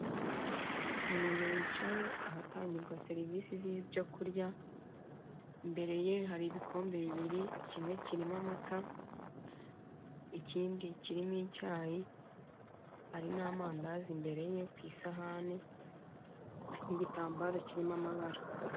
Umuntu wicaye ahatangirwa serivise zibyo kurya, imbere ye hari ibikombe bibiri kimwe kirimo amata, ikindi kirimo icyayi hari n'amandazi imbere ye ku isahani n'igitambaro kirimo amabara.